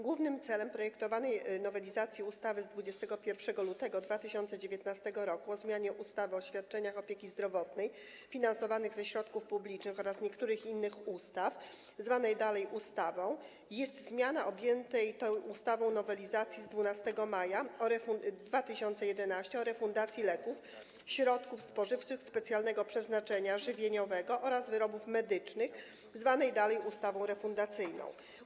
Głównym celem projektowanej nowelizacji ustawy z dnia 21 lutego 2019 r. o zmianie ustawy o świadczeniach opieki zdrowotnej finansowanych ze środków publicznych oraz niektórych innych ustaw, zwanej dalej ustawą, jest zmiana objętej tą ustawą nowelizacji z 12 maja 2011 r. o refundacji leków, środków spożywczych specjalnego przeznaczenia żywieniowego oraz wyrobów medycznych, zwanej dalej ustawą refundacyjną.